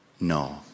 No